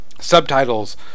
subtitles